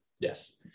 Yes